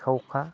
सिखावखा